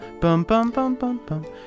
bum-bum-bum-bum-bum